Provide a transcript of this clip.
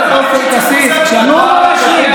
תנו לו להשלים.